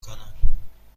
کنم